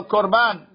Korban